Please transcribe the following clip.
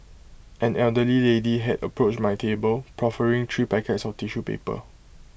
an elderly lady had approached my table proffering three packets of tissue paper